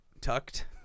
tucked